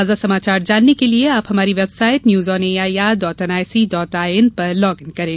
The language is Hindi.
ताजा समाचार जानने के लिए आप हमारी website news on A I R dot N I C dot I N पर लॉग इन करें